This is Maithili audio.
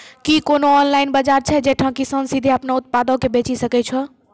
कि कोनो ऑनलाइन बजार छै जैठां किसान सीधे अपनो उत्पादो के बेची सकै छै?